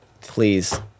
please